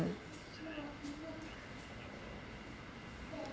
mm